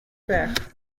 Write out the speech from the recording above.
père